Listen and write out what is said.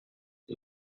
two